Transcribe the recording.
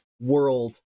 world